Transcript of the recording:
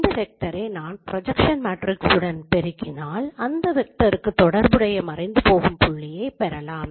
இந்த வெக்டரை நான் ப்ரொஜக்ஸன் மேட்ரிக்ஸ் உடன் பெருக்கினால் அந்த வெக்டருக்கு தொடர்புடைய மறைந்துபோகும் புள்ளியைப் பெறுவோம்